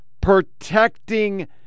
protecting